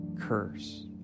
curse